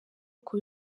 uko